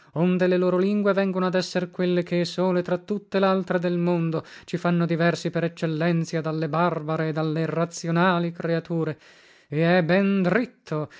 onde le loro lingue vengono ad esser quelle che sole tra tutte laltre del mondo ci fanno diversi per eccellenzia dalle barbare e dalle irrazionali creature e è ben dritto